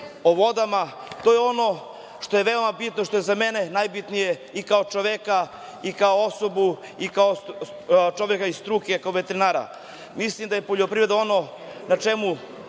o vodama, to je ono što je veoma bitno, što je za mene najbitnije, i kao čoveka i kao osobe i kao čoveka iz struke kao veterinara. Mislim, da je poljoprivreda ono na čemu